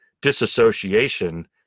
disassociation